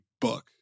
book